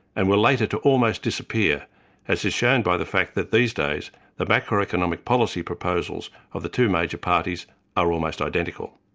and were later to almost disappear as is shown by the fact that these days the macro-economic policy proposals of the two major parties are almost identical.